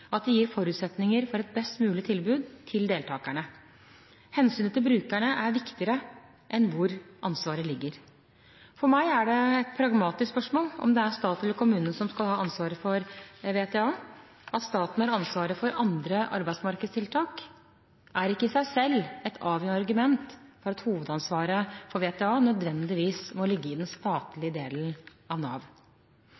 at de gir forutsetninger for et best mulig tilbud til deltakerne. Hensynet til brukerne er viktigere enn hvor ansvaret ligger. For meg er det et pragmatisk spørsmål om det er stat eller kommune som skal ha ansvaret for VTA. At staten har ansvaret for andre arbeidsmarkedstiltak, er ikke i seg selv et avgjørende argument for at hovedansvaret for VTA nødvendigvis